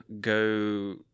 go